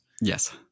yes